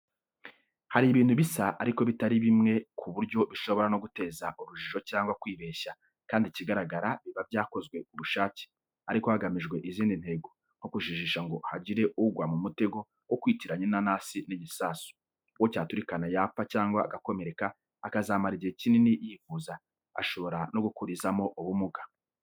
Hari ibintu bisa ariko bitari bimwe ku buryo bishobora guteza urujijo cyangwa kwibeshya, kandi ikigaragara biba byakozwe ku bushake, ariko hagamijwe izindi ntego, nko kujijisha ngo hagire ugwa mu mutego wo kwitiranya inanasi n'igisasu. Uwo cyaturikana yapfa cyangwa agakomereka, akazamara igihe kinini yivuza, ashobora no gukurizamo ubumuga.